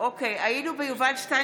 (קוראת בשמות חברי הכנסת)